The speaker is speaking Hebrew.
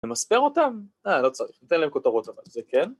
‫למספר אותם? לא, לא צריך, ‫ניתן להם כותרות אבל, זה כן.